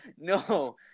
no